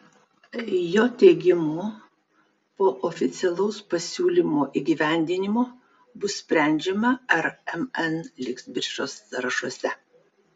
jo teigimu po oficialaus pasiūlymo įgyvendinimo bus sprendžiama ar mn liks biržos sąrašuose